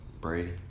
Brady